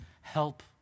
help